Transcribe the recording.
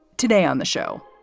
today on the show,